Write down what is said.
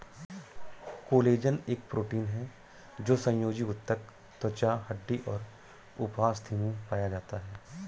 collagen एक protein है जो संयोजी ऊतक, त्वचा, हड्डी और उपास्थि में पाया जाता है